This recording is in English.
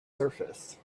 surface